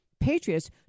patriots